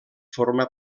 forma